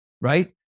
Right